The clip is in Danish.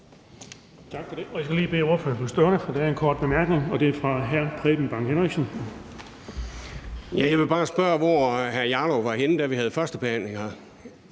Jeg vil bare spørge, hvor hr. Rasmus Jarlov var henne, da vi havde førstebehandlingen.